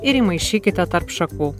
ir įmaišykite tarp šakų